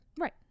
Right